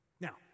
Now